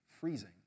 freezing